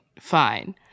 fine